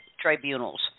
tribunals